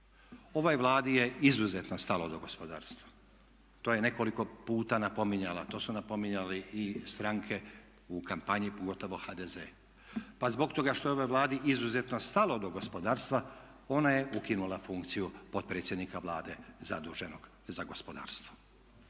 Ovoj Vladi je izuzetno stalo do gospodarstva, to je nekoliko puta napominjala. To su napominjali i stranke u kampanji, pogotovo HDZ. Pa zbog toga što je ovoj Vladi izuzetno stalo do gospodarstva ona je ukinula funkciju potpredsjednika Vlade zaduženog za gospodarstvo.